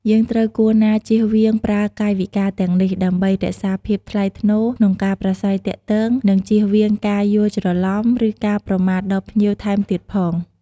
យើងត្រូវគួរណាជៀសវាងប្រើកាយវិការទាំងនេះ ដើម្បីរក្សាភាពថ្លៃថ្នូរក្នុងការប្រាស្រ័យទាក់ទង និងជៀសវាងការយល់ច្រឡំ ឬការប្រមាថដល់ភ្ញៀវថែមទៀតផង។